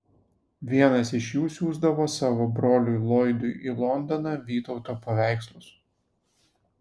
vienas iš jų siųsdavo savo broliui loydui į londoną vytauto paveikslus